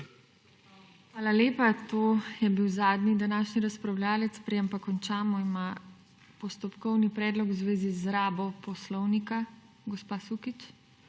Hvala lepa. To je bil zadnji današnji razpravljavec. Preden končamo, ima postopkovni predlog v zvezi z rabo poslovnika gospa Sukič.